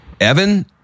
Evan